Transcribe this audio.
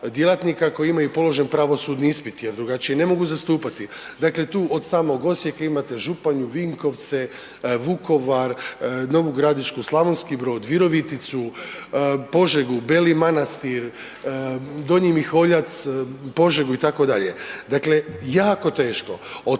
djelatnika koji imaju položen pravosudni ispit jer drugačije ne mogu zastupati, dakle tu od samog Osijeka imate Županju, Vinkovce, Vukovar, Novu Gradišku, Slavonski Brod, Viroviticu, Požegu, Beli Manastir, Donji Miholjac, Požegu itd., dakle jako teško,